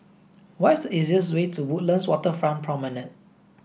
what's easiest way to Woodlands Waterfront Promenade